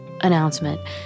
announcement